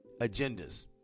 agendas